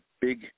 big